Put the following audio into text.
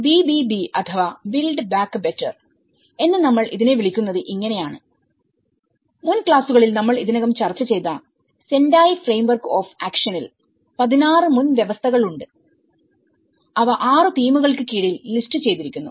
BBB അഥവാ build back better എന്ന് നമ്മൾ ഇതിനെ വിളിക്കുന്നത് ഇങ്ങനെയാണ് മുൻ ക്ലാസുകളിൽ നമ്മൾ ഇതിനകം ചർച്ച ചെയ്ത സെൻഡായി ഫ്രെയിംവർക്ക് ഓഫ് ആക്ഷനിൽ 16 മുൻവ്യവസ്ഥകൾ ഉണ്ട് അവ 6 തീമുകൾക്ക് കീഴിൽ ലിസ്റ്റ് ചെയ്തിരിക്കുന്നു